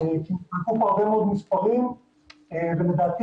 נאמרו כאן הרבה מאוד מספרים ולדעתי